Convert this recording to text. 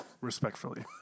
Respectfully